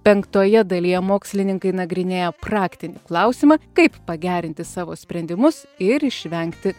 penktoje dalyje mokslininkai nagrinėja praktinį klausimą kaip pagerinti savo sprendimus ir išvengti